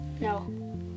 No